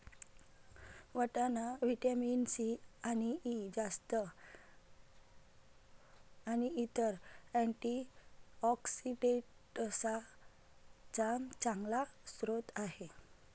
वाटाणा vitamin C आणि E, जस्त आणि इतर अँटीऑक्सिडेंट्सचा चांगला स्रोत आहे